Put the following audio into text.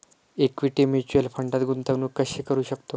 Equity mutual फंडात गुंतवणूक कशी करू शकतो?